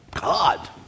God